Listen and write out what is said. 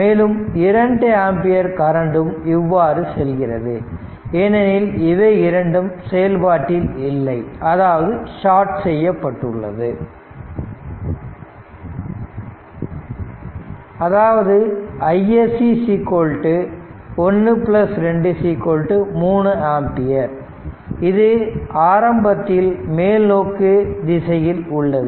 மேலும் 2 ஆம்பியர் கரண்ட்டும் இவ்வாறு செல்கிறது ஏனெனில் இவை இரண்டும் செயல்பாட்டில் இல்லை அதாவது ஷார்ட் செய்யப்பட்டுள்ளது அதாவது iSC 123 ஆம்பியர் இது ஆரம்பத்தில் மேல் நோக்கு திசையில் உள்ளது